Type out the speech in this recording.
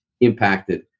impacted